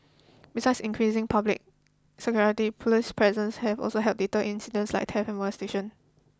besides increasing public security police presence have also have help deter incidents like theft and molestation